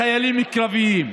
לחיילים קרביים,